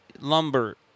lumber